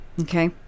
okay